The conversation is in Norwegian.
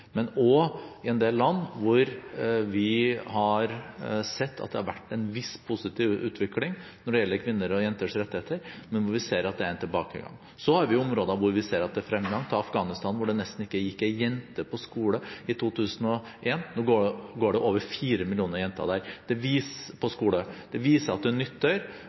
men også i en del land hvor vi har sett at det har vært en viss positiv utvikling når det gjelder kvinner og jenters rettigheter, men hvor vi nå ser at det er en tilbakegang. Så har vi områder hvor vi ser at det er fremgang – ta f.eks. Afghanistan, hvor det nesten ikke gikk ei jente på skole i 2001. Nå går det over fire millioner jenter på skole der. Det viser at det nytter.